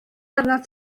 arnat